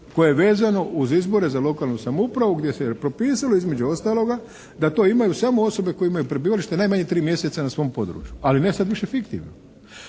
koje je vezano uz izbore za lokalnu samoupravu gdje se propisalo između ostaloga da to imaju samo osobe koje imaju prebivalište najmanje 3 mjeseca na svom području, ali ne sad više fiktivno.